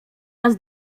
nas